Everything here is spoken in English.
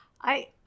I-